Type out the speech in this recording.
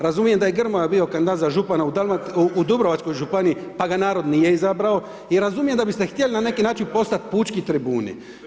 Razumijem da je Grmoja bio kandidat za župana u Dubrovačkoj županiji pa ga narod nije izabrao i razumijem da biste htjeli na neki način postati pučki tribuni.